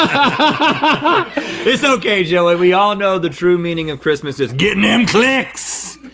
but it's okay, joey, we all know the true meaning of christmas is gettin' them clicks!